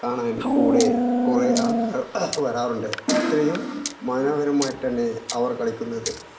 കാണാൻ കൂടെ കുറേ ആൾ വരാറുണ്ട് ഇത്രയും മനോഹരമായിട്ടാണ് അവർ കളിക്കുന്നത്